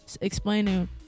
explaining